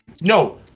No